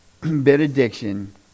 benediction